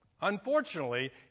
Unfortunately